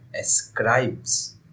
ascribes